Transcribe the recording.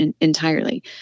entirely